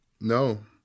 No